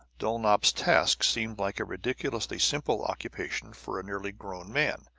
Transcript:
dulnop's task seemed like a ridiculously simple occupation for a nearly grown man,